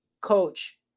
coach